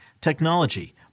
technology